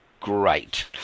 great